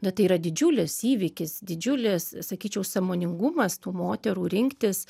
bet tai yra didžiulis įvykis didžiulis sakyčiau sąmoningumas tų moterų rinktis